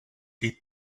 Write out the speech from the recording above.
did